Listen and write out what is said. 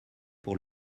pour